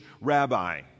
rabbi